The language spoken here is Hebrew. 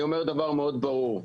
אני אומר דבר מאוד ברור.